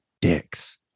dicks